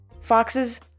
foxes